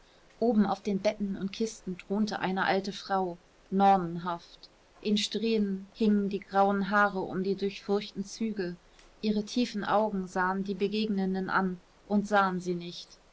oben auf den betten und kisten thronte eine alte frau nornenhaft in strähnen hingen die grauen haare um die durchfurchten züge ihre tiefen augen sahen die begegnenden an und sahen sie nicht